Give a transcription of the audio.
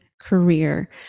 career